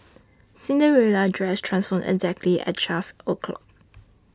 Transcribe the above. Cinderella's dress transformed exactly at twelve o'clock